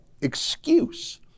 excuse